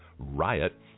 riot